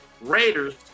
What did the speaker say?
Raiders